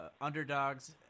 underdogs